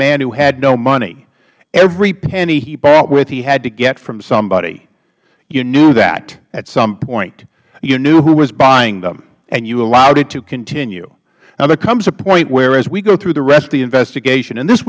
man who had no money every penny he bought with he had to get from somebody you knew that at some point you knew who was buying them and you allowed it to continue now there comes a point where as we go through the rest of the investigationh and this